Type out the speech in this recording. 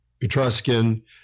Etruscan